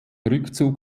rückzug